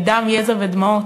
בדם יזע ודמעות,